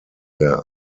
der